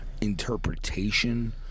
interpretation